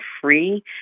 free